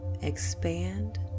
expand